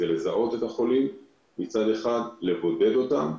מצד אחד לזהות את החולים ולבודד אותם,